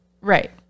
Right